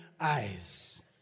eyes